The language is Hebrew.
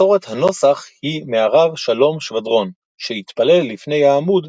מסורת הנוסח היא מהרב שלום שבדרון שהתפלל לפני העמוד